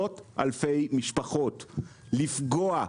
לפגוע,